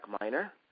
minor